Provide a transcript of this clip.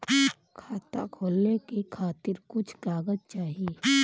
खाता खोले के खातिर कुछ कागज चाही?